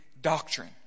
doctrine